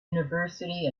university